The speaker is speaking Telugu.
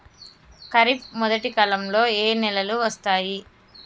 ఖరీఫ్ మొదటి కాలంలో ఏ నెలలు వస్తాయి?